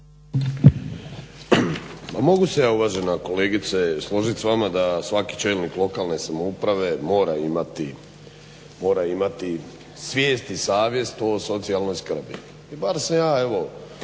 mogu se ja uvažena kolegice složit s vama da svaki čelnik lokalne samouprave mora imati svijest i savjest o ovoj socijalnoj skrbi. I bar se ja evo